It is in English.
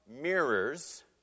mirrors